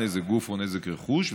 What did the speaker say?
נזק גוף או נזק רכוש,